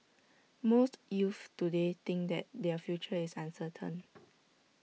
most youths today think that their future is uncertain